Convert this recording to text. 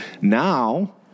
Now